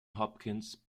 hopkins